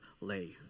lay